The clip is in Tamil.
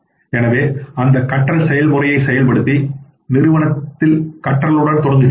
எனவே அந்த கற்றல் செயல்முறையை செயல்படுத்தி நிறுவனத்தில் கற்றலுடன் தொடங்குகிறோம்